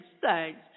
Thanks